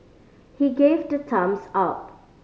he gave the thumbs up